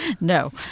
no